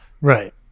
Right